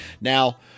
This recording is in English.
Now